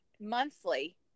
monthly